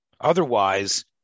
Otherwise